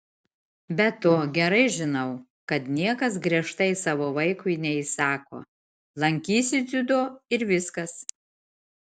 be to gerai žinau kad niekas griežtai savo vaikui neįsako lankysi dziudo ir viskas